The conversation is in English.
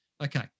Okay